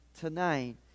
tonight